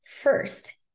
first